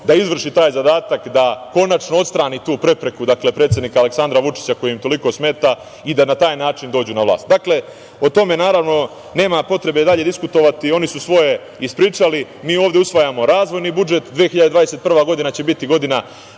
da izvrši taj zadatak, da konačno odstrani tu prepreku, dakle, predsednika Aleksandra Vučića koji im toliko smeta i da na taj način dođu na vlast. Dakle, o tome nema potrebe dalje diskutovati, oni su svoje ispričali. Mi ovde usvajamo razvojni budžet. Godina 2021. će biti godina